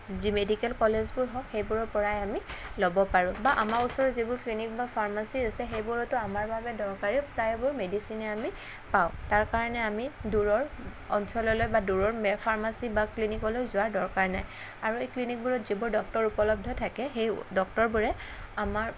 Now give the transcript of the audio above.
যি মেডিকেল কলেজবোৰ হওক সেইবোৰৰপৰাই আমি ল'ব পাৰোঁ বা আমাৰ ওচৰৰ যিবোৰ ক্লিনিক বা ফাৰ্মাচী আছে সেইবোৰতো আমাৰ বাবে দৰকাৰী প্ৰায়বোৰ মেডিচিনে আমি পাওঁ তাৰকাৰণে আমি দূৰৰ অঞ্চললৈ বা দূৰৰ মে ফাৰ্মাচী বা ক্লিনিকলৈ যোৱাৰ দৰকাৰ নাই আৰু এই ক্লিনিকবোৰত যিবোৰ ডক্টৰ উপলব্ধ থাকে সেই ডক্টৰবোৰে আমাৰ